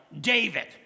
David